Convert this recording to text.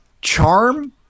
charm